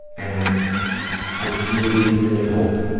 and i really, really hope